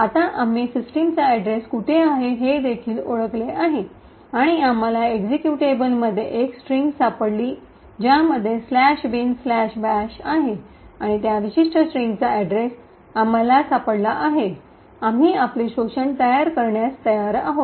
आता आम्ही सिस्टीमचा अड्रेस कुठे आहे हे देखील ओळखले आहे आणि आम्हाला एक्झिक्युटेबलमध्ये एक स्ट्रिंग सापडली ज्यामध्ये " bin bash" आहे आणि त्या विशिष्ट स्ट्रिंगचा अड्रेस आम्हाला सापडला आहे आम्ही आपले शोषण तयार करण्यास तयार आहोत